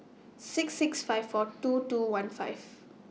six six five four two two one five